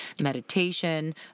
meditation